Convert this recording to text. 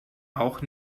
auch